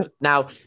Now